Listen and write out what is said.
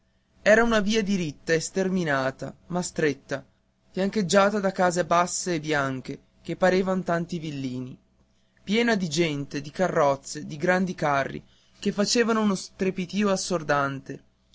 era una via diritta e sterminata ma stretta fiancheggiata da case basse e bianche che pareva tanti villini piena di gente di carrozze di grandi carri che facevano uno strepito assordante